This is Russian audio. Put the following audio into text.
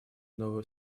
новую